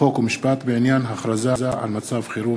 חוק ומשפט בעניין הכרזה על מצב חירום.